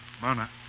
Mona